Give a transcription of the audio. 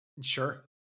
Sure